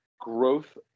growth